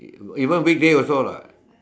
even weekday also lah